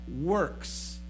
works